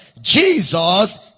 Jesus